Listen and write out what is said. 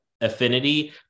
affinity